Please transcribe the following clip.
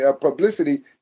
publicity